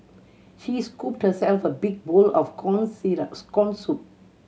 she scooped herself a big bowl of corn corn soup